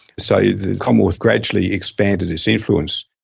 so the commonwealth gradually expanded its influence.